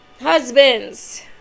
Husbands